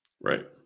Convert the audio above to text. Right